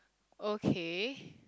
okay